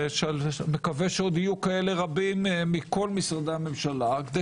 ומקווה שיהיו רבים כאלה מכל משרדי הממשלה כדי